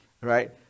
right